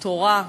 תורה,